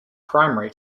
primary